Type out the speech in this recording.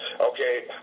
Okay